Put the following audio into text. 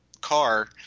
car